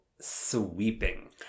sweeping